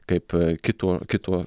kaip kito kito